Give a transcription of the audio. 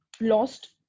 lost